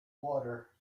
water